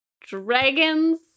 Dragons